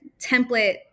template